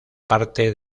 parte